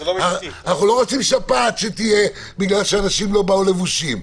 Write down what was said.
אנחנו לא רוצים שתהיה שפעת כי אנשים באו לא לבושים.